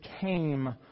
came